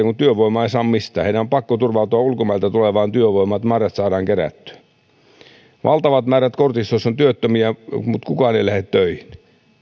kun työvoimaa ei saa mistään heidän on pakko turvautua ulkomailta tulevaan työvoimaan että marjat saadaan kerättyä valtavat määrät kortistossa on työttömiä mutta kukaan ei lähde töihin